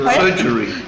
surgery